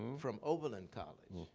from oberlin college.